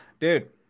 Dude